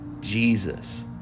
jesus